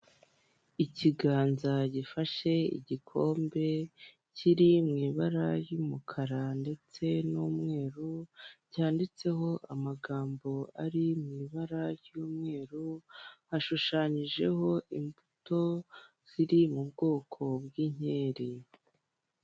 Ikiganza gifashe igikombe kiri mu ibara ry'umukara ndetse n'umweru, cyanditseho amagambo ari mu ibara ry'umweru, hashushanyijeho imbuto ziri mu bwoko bw'inkeri.